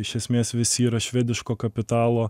iš esmės visi yra švediško kapitalo